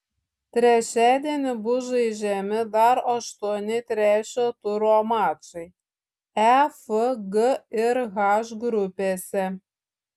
trečiadienį bus žaidžiami dar aštuoni trečio turo mačai e f g ir h grupėse